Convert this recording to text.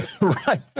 Right